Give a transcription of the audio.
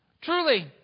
Truly